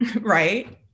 right